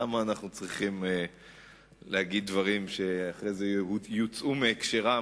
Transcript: למה אנחנו צריכים להגיד דברים שאחר כך יצאו מהקשרם